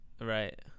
Right